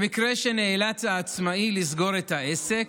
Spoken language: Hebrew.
במקרה שנאלץ העצמאי לסגור את העסק,